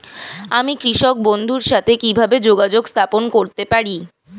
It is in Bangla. আমি কৃষক বন্ধুর সাথে কিভাবে যোগাযোগ স্থাপন করতে পারি?